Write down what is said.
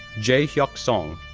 jae hyuk song,